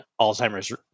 Alzheimer's